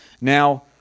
Now